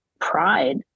pride